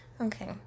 Okay